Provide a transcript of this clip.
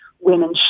women